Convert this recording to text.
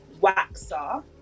waxer